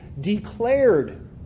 declared